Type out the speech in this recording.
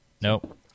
Nope